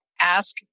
ask